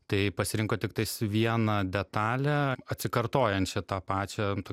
tai pasirinko tiktais vieną detalę atsikartojančią tą pačią ant